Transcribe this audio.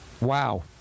wow